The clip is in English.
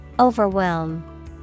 Overwhelm